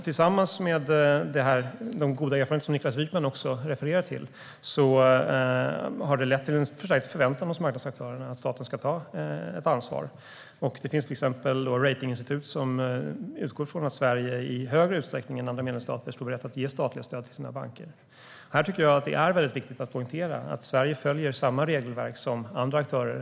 Tillsammans med de goda erfarenheter Niklas Wykman refererar till har det lett till en förstärkt förväntan från marknadsaktörerna på att staten ska ta ett ansvar. Det finns till exempel rating-institut som utgår ifrån att Sverige i större utsträckning än andra medlemsstater ska ha rätt att ge statligt stöd till sina banker. Här tycker jag att det är viktigt att poängtera att Sverige följer samma regelverk som andra aktörer.